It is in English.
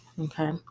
okay